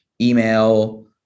email